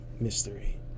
mystery